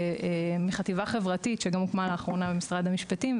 מחטיבה חברתית שגם הוקמה לאחרונה במשרד המשפטים,